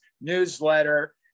newsletter